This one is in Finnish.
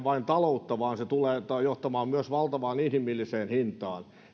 vain taloutta vaan se tulee johtamaan myös valtavaan inhimilliseen hintaan